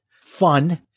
fun